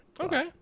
Okay